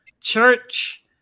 church